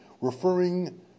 referring